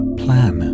plan